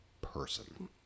person